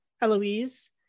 Eloise